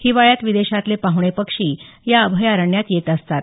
हिवाळ्यात विदेशातले पाहणे पक्षी या अभयारण्यात येत असतात